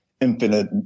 infinite